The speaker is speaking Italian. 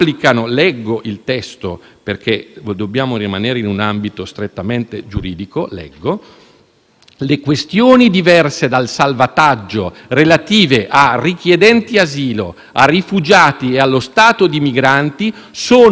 «Le questioni diverse dal salvataggio relative a richiedenti asilo, a rifugiati e allo stato di migranti sono oltre il mandato delle Convenzioni internazionali e oltre le finalità delle Convenzioni SOLAS e SAR».